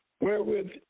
wherewith